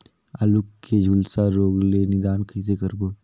आलू के झुलसा रोग ले निदान कइसे करबो?